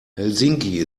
helsinki